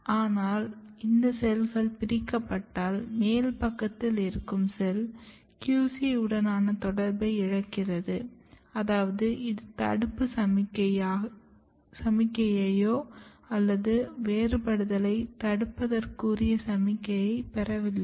ஆனால் இந்த செல்கள் பிரிக்கப்பட்டால் மேல் பக்கத்தில் இருக்கும் செல் QC உடனான தொடர்பை இழக்கிறது அதாவது இது தடுப்பு சமிக்ஞையையோ அல்லது வேறுபாடுதலை தடுப்பதற்குரிய சமிக்ஞையை பெறவில்லை